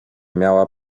miała